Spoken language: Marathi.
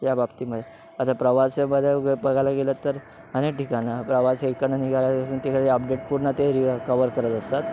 या बाबतीमध्ये आता प्रवासमध्ये बघायला गेलं तर अनेक ठिकाणं प्रवास इकडनं निघाल्यासून तिकडे अपडेट पूर्ण ते कवर करत असतात